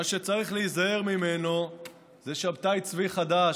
מה שצריך להיזהר ממנו זה שבתאי צבי חדש,